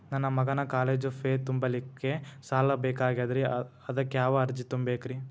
ನನ್ನ ಮಗನ college fee ತುಂಬಲಿಕ್ಕೆ ಸಾಲ ಬೇಕಾಗೆದ್ರಿ ಅದಕ್ಯಾವ ಅರ್ಜಿ ತುಂಬೇಕ್ರಿ?